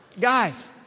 Guys